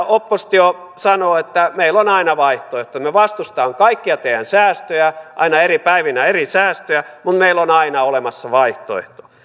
oppositio sanoo että meillä on aina vaihtoehto me vastustamme kaikkia teidän säästöjä aina eri päivinä eri säästöjä mutta meillä on aina olemassa vaihtoehto